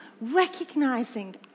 recognizing